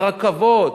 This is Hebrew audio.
הרכבות,